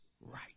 right